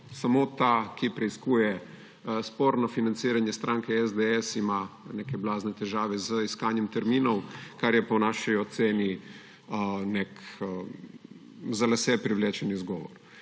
Samo ta, ki preiskuje sporno financiranje stranke SDS, ima neke blazne težave z iskanjem terminov, kar je po naši oceni nek za lase privlečen izgovor.